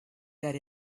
that